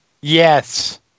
yes